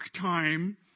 time